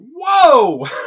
Whoa